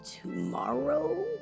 tomorrow